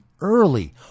early